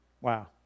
Wow